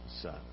Son